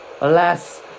Alas